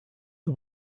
the